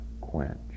quench